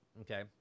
Okay